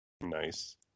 Nice